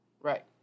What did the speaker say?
Right